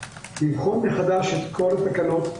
לבחון מחדש את כל התקנות.